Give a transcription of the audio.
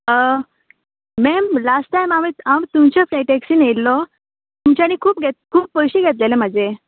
ma'am last time आमी आम तुमच्या पे टॅक्सीन येयल्लो तुमच्यानी खूब घेत खूब पयशे घेतलेले म्हजे